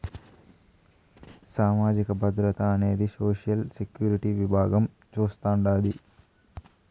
సామాజిక భద్రత అనేది సోషల్ సెక్యూరిటీ విభాగం చూస్తాండాది